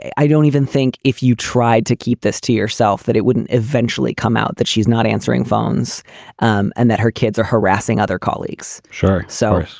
i don't even think if you tried to keep this to yourself that it wouldn't eventually come out that she's not answering phones um and that her kids are harassing other colleagues. short sellers.